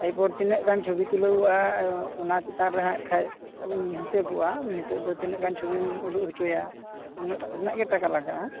ᱮᱨᱯᱚᱨ ᱛᱤᱱᱟ ᱜ ᱜᱟᱱ ᱪᱷᱩᱵᱤ ᱛᱩᱞᱟ ᱣᱜ ᱟ ᱚᱱᱟ ᱪᱮᱛᱟᱱ ᱨᱮᱦᱟᱸᱜ ᱠᱷᱟᱱ ᱦᱤᱥᱟ ᱵᱚᱜ ᱟ ᱱᱤᱛᱳᱜ ᱫᱚ ᱛᱤᱱᱟ ᱜ ᱜᱟᱱ ᱪᱷᱩᱵᱤᱢ ᱩᱰᱩᱜ ᱦᱚᱪᱚᱭᱟ ᱩᱱᱟ ᱜ ᱨᱮᱱᱟᱜ ᱜᱮ ᱴᱟᱠᱟ ᱞᱟᱜᱟᱜ ᱟ